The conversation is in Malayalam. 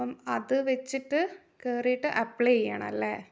അപ്പം അത് വെച്ചിട്ട് കയറിയിട്ട് അപ്ലൈ ചെയ്യണമല്ലേ